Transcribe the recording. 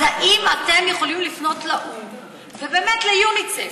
אז האם אתם יכולים לפנות לאו"ם ובאמת ליוניסף,